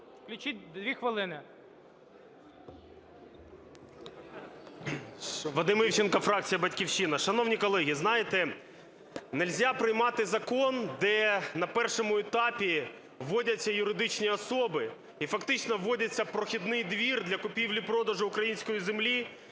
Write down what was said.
Включіть, дві хвилини.